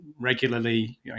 regularly